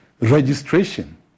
registration